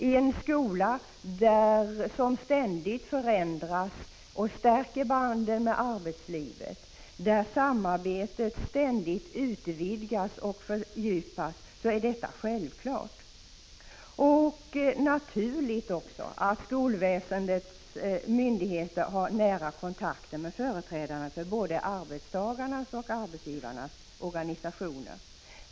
I en skola som ständigt förändras och stärker banden med arbetslivet, där samarbetet ständigt utvidgas och fördjupas, är detta självklart. Det är också naturligt att skolväsendets myndigheter har nära kontakter med företrädarna för både arbetstagarnas och arbetsgivarnas organisationer.